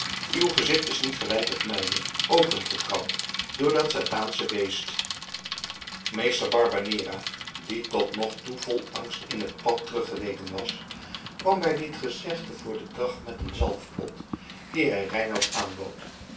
uw gezicht is niet gelijk het mijne open gekrabd door dat satansche beest meester barbanera die tot nog toe vol angst in het pad teruggeweken was kwam bij dit gezegde voor den dag met een zalfpot dien hij reinout aanbood